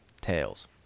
Tails